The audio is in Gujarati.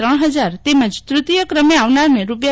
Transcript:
ત્રણ હજાર તેમજ તૃતીય ક્રમે આવનારને રૂા